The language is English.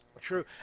true